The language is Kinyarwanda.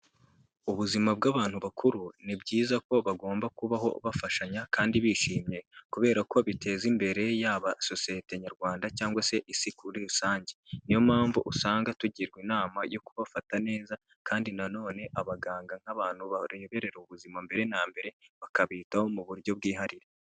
Ubuzima bw'abantu bakuru ni byiza ko bagomba kubaho bafashanya kandi bishimye, kubera ko biteza imbere yaba sosiyete nyarwanda cyangwa se isi muri rusange, niyo mpamvu usanga tugirwa inama yo kubafata neza, kandi na none abaganga nk'abantu bareberera ubuzima mbere na mbere bakabitaho mu buryo bwihariye.